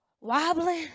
wobbling